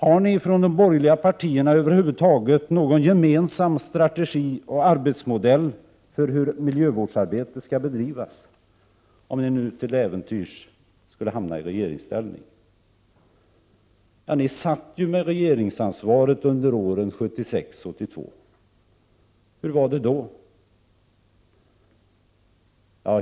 Har ni i de borgerliga partierna över huvud taget någon gemensam strategi och modell för hur miljövårdsarbetet skall bedrivas, om ni nu till äventyrs skulle hamna i regeringsställning? Ni hade ju regeringsansvaret under åren 1976-1982. Hur var det då?